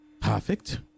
perfect